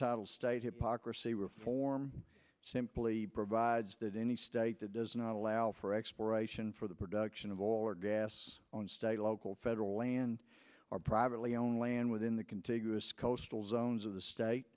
amendment stated hypocrisy reform simply provides that any state that does not allow for exploration for the production of oil or gas on state local federal land or privately own land within the contiguous coastal zones of the state